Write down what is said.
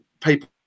people